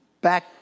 Back